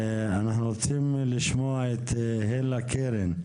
אנחנו רוצים לשמוע את אלה קרן,